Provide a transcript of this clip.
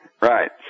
Right